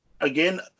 Again